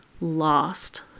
lost